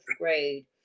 grade